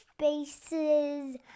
spaces